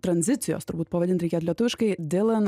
tranzicijos turbūt pavadint reikėtų lietuviškai dylan